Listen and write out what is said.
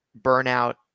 burnout